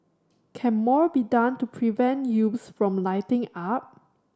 can more be done to prevent youths from lighting up